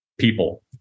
people